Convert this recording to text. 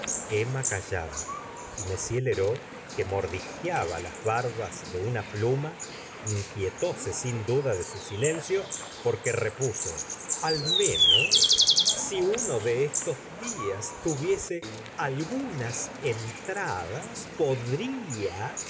emma callaba y m lheureux que mordisqueaba las barbas de una pluma inquietóse sin duda de su silencio porque repuso al menos si uno de estos dias tuviese algunas entradas podría